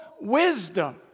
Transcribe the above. wisdom